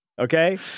Okay